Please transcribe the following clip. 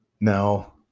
Now